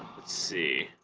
let's see